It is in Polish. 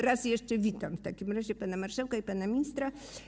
Raz jeszcze witam w takim razie pana marszałka i pana ministra.